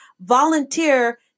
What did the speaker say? volunteer